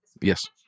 yes